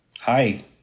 Hi